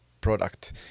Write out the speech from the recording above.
product